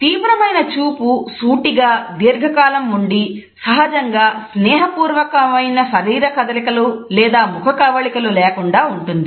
తీవ్రమైన చూపు సూటిగా దీర్ఘకాలం ఉండి సహజంగా స్నేహపూర్వకమైన శరీరకదలికలు లేదా ముఖకవళికలు లేకుండా ఉంటుంది